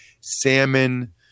Salmon